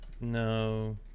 no